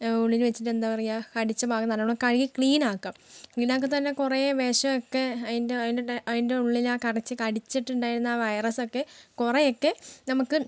ഉള്ളിൽ വെച്ചിട്ട് എന്താ പറയാ കടിച്ച ഭാഗം നല്ലോണം കഴുകി ക്ലീൻ ആക്കുക ഇതിനകത്തു തന്നെ കുറെ വിഷം ഒക്കെ അതിൻ്റെ അതിൻ്റെ അതിൻ്റെ ഉള്ളിൽ ആ കടിച്ച കടിച്ചിട്ടുണ്ടായിരുന്ന ആ വൈറസ് ഒക്കെ കുറെ ഒക്കെ നമുക്ക്